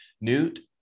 Newt